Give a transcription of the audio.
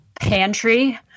pantry